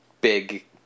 big